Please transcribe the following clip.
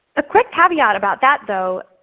a quick caveat about that though,